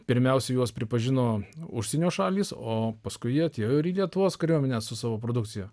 pirmiausia juos pripažino užsienio šalys o paskui jie atėjo ir į lietuvos kariuomenę su savo produkcija